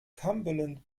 cumberland